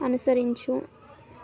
అనుసరించు